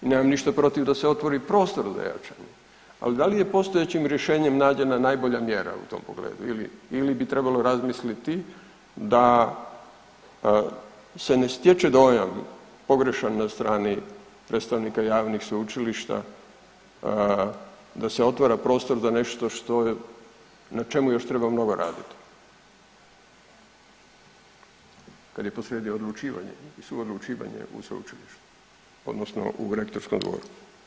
Nema ništa protiv da se otvori za jačanje, ali da li je postojećim rješenjem nađena najbolja mjera u tom pogledu ili, ili bi trebalo razmisliti da se ne stječe dojam pogrešan na strani predstavnika javnih sveučilišta da se otvara prostor za nešto što, na čemu još treba mnogo raditi kad je posrijedi odlučivanje i suodlučivanje u sveučilištu odnosno u rektorskom zboru.